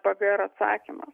pgr atsakymas